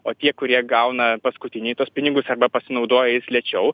o tie kurie gauna paskutiniai tuos pinigus arba pasinaudoja jais lėčiau